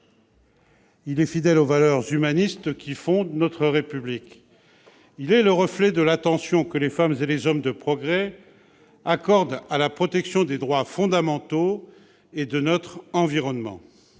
il est fidèle aux valeurs humanistes qui fondent notre République ; il est le reflet de l'attention que les femmes et les hommes de progrès accordent à la protection des droits fondamentaux et de notre environnement.